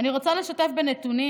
אני רוצה לשתף בנתונים,